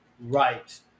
right